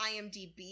imdb